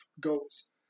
goes